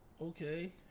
Okay